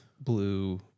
Blue